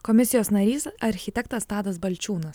komisijos narys architektas tadas balčiūnas